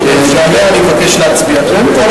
אדוני, האם אתה מבקש שאני,